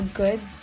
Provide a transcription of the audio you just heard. good